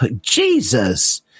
Jesus